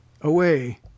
away